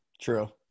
true